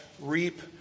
reap